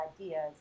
ideas